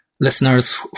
listeners